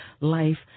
life